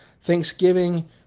Thanksgiving